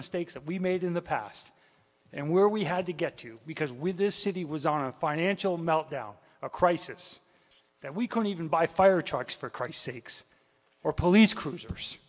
mistakes that we made in the past and where we had to get to because with this city was on a financial meltdown a crisis that we couldn't even buy fire trucks for christ sakes or police cruisers